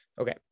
okay